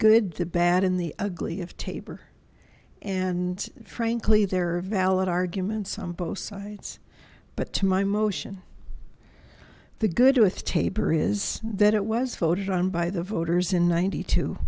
the bad in the ugly of taber and frankly there are valid arguments on both sides but to my motion the good with tabor is that it was voted on by the voters in ninety two